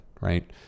right